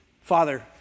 Father